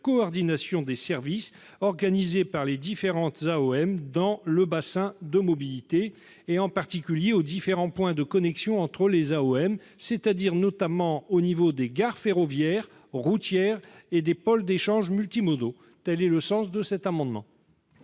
coordination des services organisés par les différentes AOM dans le bassin de mobilité, en particulier aux différents points de connexion entre lesdites autorités, c'est-à-dire, notamment, au niveau des gares ferroviaires et routières et des pôles d'échanges multimodaux. Quel est l'avis de la commission